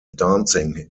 dancing